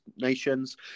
nations